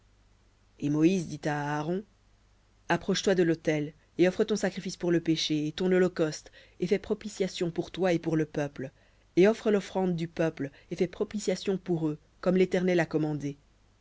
et moïse dit à aaron approche-toi de l'autel et offre ton sacrifice pour le péché et ton holocauste et fais propitiation pour toi et pour le peuple et offre l'offrande du peuple et fais propitiation pour eux comme l'éternel a commandé